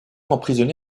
emprisonné